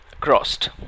crossed